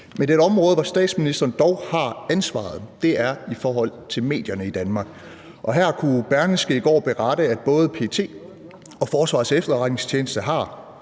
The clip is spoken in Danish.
Men der er et område, hvor statsministeren dog har ansvaret, og det er i forhold til medierne i Danmark, og her kunne Berlingske i går berette, at både PET og Forsvarets Efterretningstjeneste har,